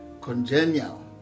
congenial